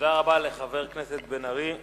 תודה רבה לחבר הכנסת בן-ארי.